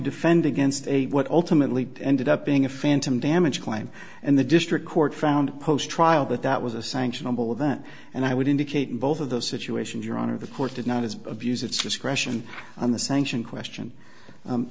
defend against what ultimately ended up being a phantom damage claim and the district court found a post trial that that was a sanctionable event and i would indicate in both of those situations your honor the court did not is abuse its discretion on the sanction question